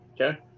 Okay